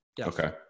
okay